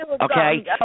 Okay